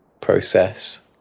process